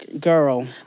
Girl